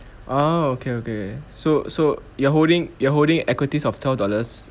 ah okay okay so so you're holding your holding equities of twelve dollars